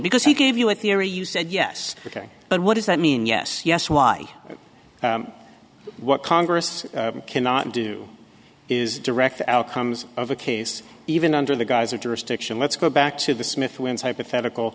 because he gave you a theory you said yes ok but what does that mean yes yes why what congress cannot do is direct outcomes of a case even under the guise of jurisdiction let's go back to the smith wins hypothetical